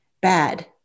bad